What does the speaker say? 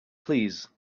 please